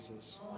Jesus